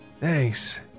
Thanks